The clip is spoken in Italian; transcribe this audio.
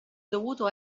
dovuto